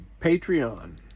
Patreon